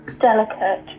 delicate